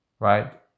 Right